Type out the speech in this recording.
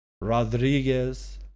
rodriguez